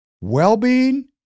Well-being